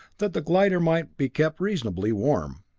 that the glider might be kept reasonably warm.